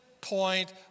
point